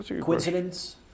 coincidence